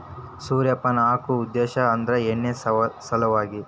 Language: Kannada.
ಸೂರ್ಯಪಾನ ಹಾಕು ಉದ್ದೇಶ ಅಂದ್ರ ಎಣ್ಣಿ ಸಲವಾಗಿ